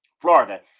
florida